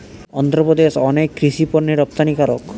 অন্ধ্রপ্রদেশ অনেক কৃষি পণ্যের রপ্তানিকারক